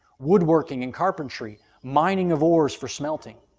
woodworking and carpentry, mining of ores for smelting.